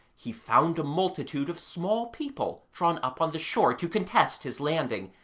he found a multitude of small people drawn up on the shore to contest his landing,